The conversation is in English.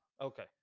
Okay